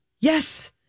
yes